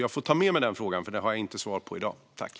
Jag får ta med mig denna fråga, för jag har inte svar på den i dag.